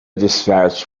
dispatch